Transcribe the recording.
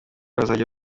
bazajya